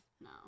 no